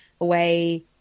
away